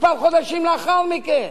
חודשים מספר לאחר מכן.